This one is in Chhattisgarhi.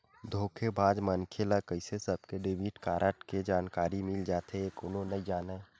धोखेबाज मनखे ल कइसे सबके डेबिट कारड के जानकारी मिल जाथे ए कोनो नइ जानय